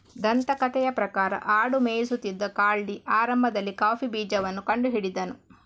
ದಂತಕಥೆಯ ಪ್ರಕಾರ ಆಡು ಮೇಯಿಸುತ್ತಿದ್ದ ಕಾಲ್ಡಿ ಆರಂಭದಲ್ಲಿ ಕಾಫಿ ಬೀಜವನ್ನ ಕಂಡು ಹಿಡಿದನು